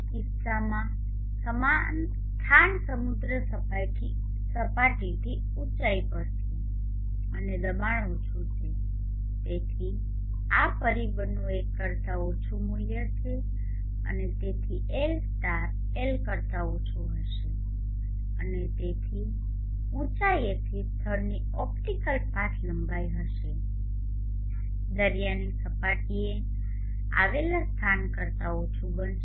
કિસ્સામાં સ્થાન સમુદ્ર સપાટીથી ઉંચાઇ પર છે અને દબાણ ઓછું છે અને તેથી આ પરિબળનુ 1 કરતા ઓછું મૂલ્ય છે અને તેથી એલ સ્ટાર એલ કરતા ઓછું હશે અને તેથી ઉંચાઇએ સ્થળની ઓપ્ટિકલ પાથ લંબાઈ હશે દરિયાની સપાટીએ આવેલા સ્થાન કરતા ઓછું બનશે